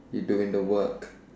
you doing the work